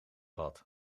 bad